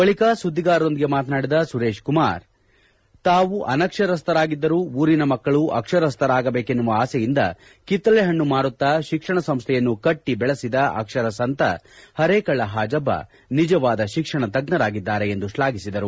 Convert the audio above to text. ಬಳಿಕ ಸುದ್ದಿಗಾರರೊಂದಿಗೆ ಮಾತನಾಡಿದ ಸುರೇಶ್ಕುಮಾರ್ ತಾವು ಅನಕ್ಷರಸ್ಥರಾಗಿದ್ದರೂ ಊರಿನ ಮಕ್ಕಳು ಅಕ್ಷರಸ್ಥರಾಗಬೇಕೆನ್ನುವ ಆಸೆಯಿಂದ ಕಿತ್ತಳೆ ಹಣ್ಣು ಮಾರುತ್ತಾ ಶಿಕ್ಷಣ ಸಂಸ್ಥೆಯನ್ನು ಕಟ್ಟಿಬೆಳೆಸಿದ ಅಕ್ಷರ ಸಂತ ಪರೇಕಳ ಹಾಜಬ್ಬ ನಿಜವಾದ ಶಿಕ್ಷಣ ತಜ್ಞರಾಗಿದ್ದಾರೆ ಎಂದು ಶ್ಲಾಘಿಸಿದರು